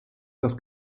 das